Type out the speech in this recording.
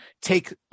take